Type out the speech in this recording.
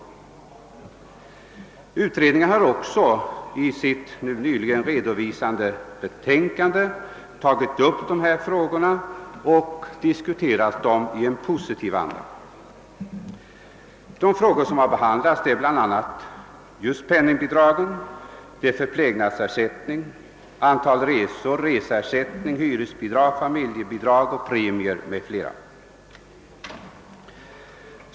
Denna utredning har också i sitt nyligen redovisade betänkande tagit upp dessa frågor till diskussion i en positiv anda. De frågor som behandlats gäller bl.a. penningbidrag, förplägnadsersättning, antal resor, reseersättning, hyresbidrag, familjebidrag och premier.